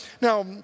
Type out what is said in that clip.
now